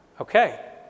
Okay